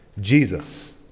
Jesus